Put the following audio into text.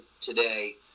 today